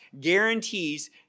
guarantees